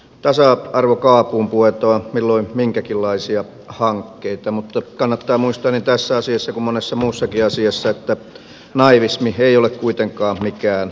tasa arvokaapuun puetaan milloin minkäkinlaisia hankkeita mutta kannattaa muistaa niin tässä asiassa kuin monessa muussakin asiassa että naivismi ei ole kuitenkaan mikään aate